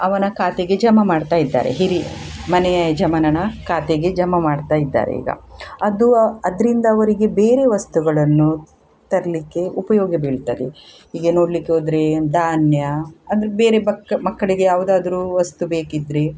ಅವನ ಖಾತೆಗೆ ಜಮಾ ಮಾಡ್ತಾ ಇದ್ದಾರೆ ಹಿರಿಯ ಮನೆಯ ಯಜಮಾನನ ಖಾತೆಗೆ ಜಮಾ ಮಾಡ್ತಾ ಇದ್ದಾರೆ ಈಗ ಅದು ಅದರಿಂದ ಅವರಿಗೆ ಬೇರೆ ವಸ್ತುಗಳನ್ನು ತರಲಿಕ್ಕೆ ಉಪಯೋಗ ಬೀಳ್ತದೆ ಹೀಗೆ ನೋಡಲಿಕ್ಕೆ ಹೋದ್ರೆ ಧಾನ್ಯ ಅಂದರೆ ಬೇರೆ ಬಕ್ ಮಕ್ಕಳಿಗೆ ಯಾವುದಾದ್ರೂ ವಸ್ತು ಬೇಕಿದ್ದರೆ